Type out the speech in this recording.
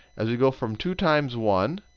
as we go from two times one,